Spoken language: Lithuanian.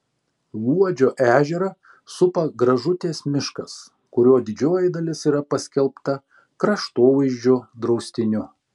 luodžio ežerą supa gražutės miškas kurio didžioji dalis yra paskelbta kraštovaizdžio draustiniu